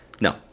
No